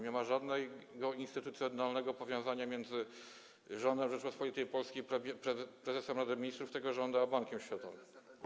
Nie ma żadnego instytucjonalnego powiązania między rządem Rzeczypospolitej Polskiej, prezesem Rady Ministrów a Bankiem Światowym.